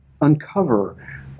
uncover